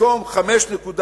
במקום 5%,